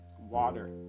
water